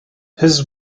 his